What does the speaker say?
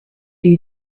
you